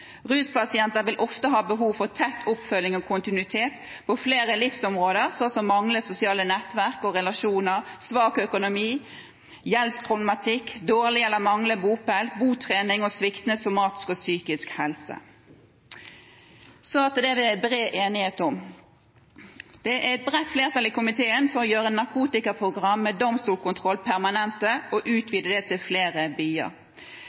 Ruspasienter vil ofte ha behov for tett oppfølging og kontinuitet på flere livsområder, slik som manglende sosialt nettverk og relasjoner, svak økonomi, gjeldsproblematikk, dårlig eller manglende bopel, botrening og sviktende somatisk og psykisk helse. Så til det som det er bred enighet om. Det er et bredt flertall i komiteen for å gjøre Narkotikaprogram med domstolskontroll permanent og å utvide det til å gjelde flere byer.